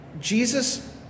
Jesus